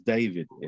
David